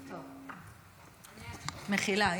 מחילה.